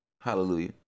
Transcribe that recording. Hallelujah